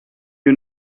you